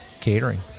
catering